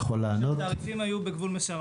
מבוטחים כשהתעריפים היו בגבול מסוים.